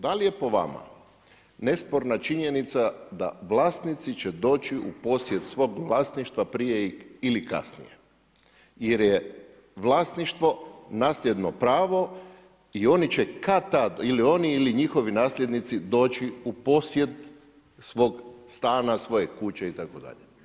Da li je po vama nesporna činjenica da vlasnici će doći u posjed svog vlasništva prije ili kasnije jer je vlasništvo nasljedno pravo i oni će kad-tad ili oni ili njihovi nasljednici doći u posjed svog stana, svoje kuće itd.